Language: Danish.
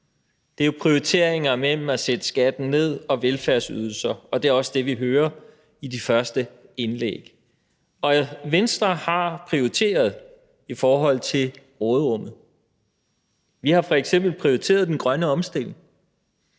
Det er prioriteringer mellem at sætte skatten ned og velfærdsydelser. Det er også det, vi hører i de første indlæg. Og Venstre har prioriteret i forhold til råderummet. Vi har f.eks. prioriteret den grønne omstilling,